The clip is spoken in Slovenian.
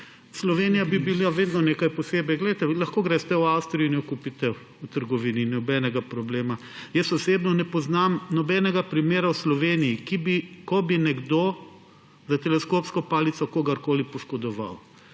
Slovenija bi bila vedno nekaj posebnega. Lahko greste v Avstrijo in jo kupite v trgovini, nobenega problema. Jaz osebno ne poznam nobenega primera v Sloveniji, ko bi nekdo s teleskopsko palico kogarkoli poškodoval. Zdaj